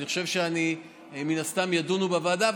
אני חושב שמן הסתם ידונו בוועדה.